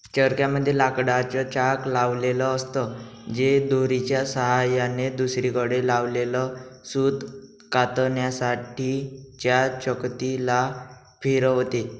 चरख्या मध्ये लाकडाच चाक लावलेल असत, जे दोरीच्या सहाय्याने दुसरीकडे लावलेल सूत कातण्यासाठी च्या चकती ला फिरवते